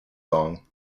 song